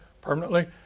permanently